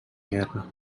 guerra